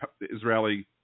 Israeli